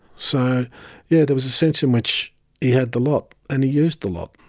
so yeah there was a sense in which he had the lot, and he used the lot.